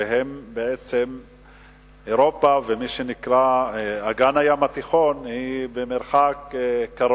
מדינות אירופה ומדינות אגן הים התיכון קרובות,